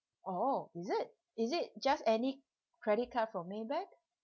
oh is it is it just any credit card for maybank